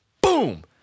Boom